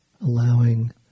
allowing